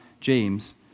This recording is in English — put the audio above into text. James